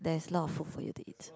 there is a lot of food for you to eat